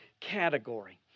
category